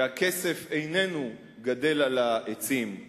והכסף איננו גדל על העצים,